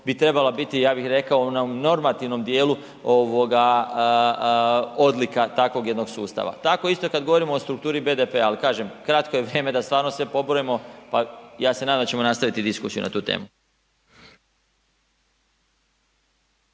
bi trebala ja bih rekao u onom normativnom dijelu odlika takvog jednog sustava. Tako isto kada govorimo o strukturi BDP-a ali kažem kratko je vrijeme da stvarno sve pobrojimo, pa ja se nadam da ćemo nastaviti diskusiju na tu temu.